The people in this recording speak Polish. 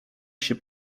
się